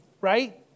right